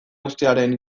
uztearen